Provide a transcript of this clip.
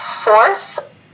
fourth